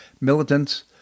militants